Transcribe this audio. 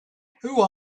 who